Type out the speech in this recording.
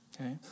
okay